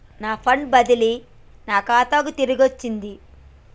నా ఫండ్ బదిలీ నా ఖాతాకు తిరిగచ్చింది